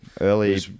Early